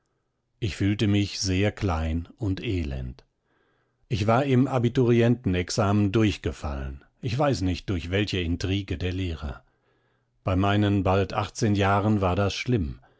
ich fühlte mich sehr klein und elend ich war im abiturientenexamen durchgefallen ich weiß nicht durch welche intrige der lehrer bei meinen bald achtzehn jahren war das schlimm